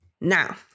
Now